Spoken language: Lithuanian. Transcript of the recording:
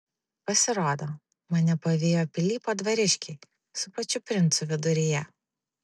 pasirodo mane pavijo pilypo dvariškiai su pačiu princu viduryje